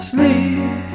Sleep